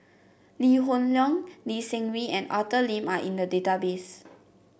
Lee Hoon Leong Lee Seng Wee and Arthur Lim are in the database